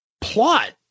plot